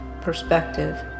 perspective